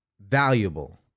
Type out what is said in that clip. valuable